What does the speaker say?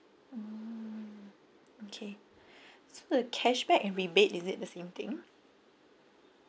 mm okay so the cashback and rebate is it the same thing